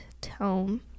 tome